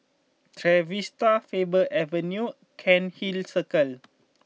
Trevista Faber Avenue Cairnhill Circle